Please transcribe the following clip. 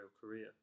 career